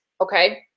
okay